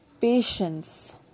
patience